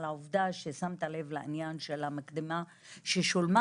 העובדה ששמת לב לעניין של המקדמה ששולמה